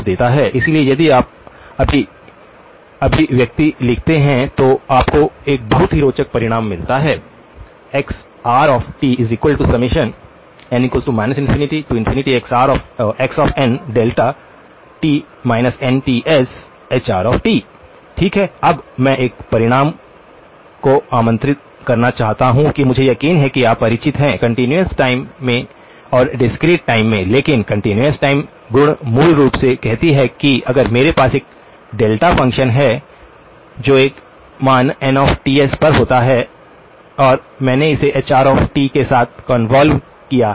इसलिए यदि आप अभी अभिव्यक्ति लिखते हैं तो आपको एक बहुत ही रोचक परिणाम मिलता है xrn ∞xnδhr ठीक है अब मैं एक परिणाम को आमंत्रित करना चाहूंगा कि मुझे यकीन है कि आप परिचित हैं कंटीन्यूअस टाइम में और डिस्क्रीट टाइम में लेकिन कंटीन्यूअस टाइम गुण मूल रूप से कहती है कि अगर मेरे पास एक डेल्टा फ़ंक्शन है जो एक मान nTs पर होता है और मैंने इसे hr के साथ कॉन्वॉल्व किया है